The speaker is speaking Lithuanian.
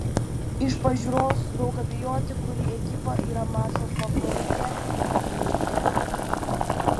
iš pažiūros daug abejoti kuri ekipa yra mačo favoritė nereikia